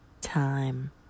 time